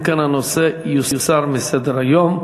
אם כן, הנושא יוסר מסדר-היום.